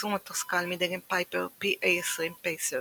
הטיסו מטוס קל מדגם פייפר PA-20 פייסר